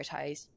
prioritize